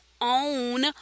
own